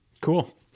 cool